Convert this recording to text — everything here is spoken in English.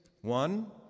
One